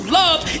love